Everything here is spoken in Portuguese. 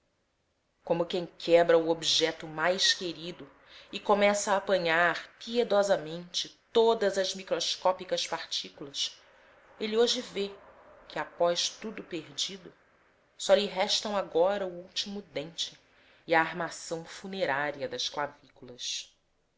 como quem quebra o objeto mais querido e começa a apanhar piedosamente todas as microscópicas partículas ele hoje vê que após tudo perdido só lhe restam agora o último doente e a armação funerária das